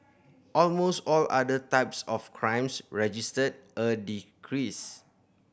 almost all other types of crimes registered a decrease